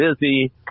busy